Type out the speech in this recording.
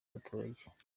abaturage